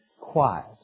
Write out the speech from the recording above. quiet